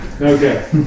Okay